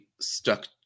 stuck